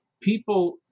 people